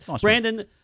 Brandon